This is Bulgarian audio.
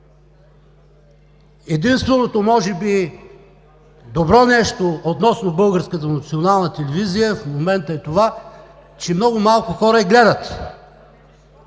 Единственото може би добро нещо относно Българската национална телевизия в момента е това, че много малко хора я гледат